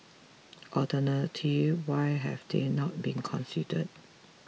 alternative why have they not been considered